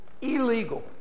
illegal